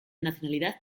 nacionalidad